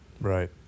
Right